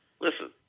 listen